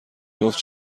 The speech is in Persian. جفت